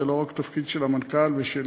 זה לא רק תפקיד של המנכ"ל ושלי,